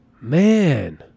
man